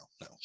no